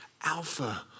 Alpha